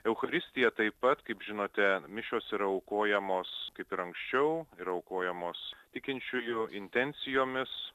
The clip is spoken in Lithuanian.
eucharistija taip pat kaip žinote mišios yra aukojamos kaip ir anksčiau ir aukojamos tikinčiųjų intencijomis